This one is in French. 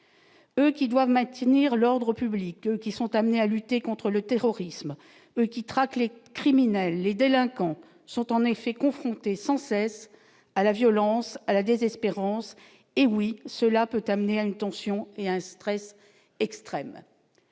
eux qui doivent maintenir l'ordre public qui sont amenés à lutter contre le terrorisme qui traque Les criminels les délinquants sont en effet confrontés sans cesse à la violence à la désespérance et oui, cela peut amener à une tension et un stress extrême,